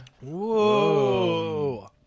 Whoa